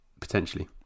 potentially